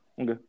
Okay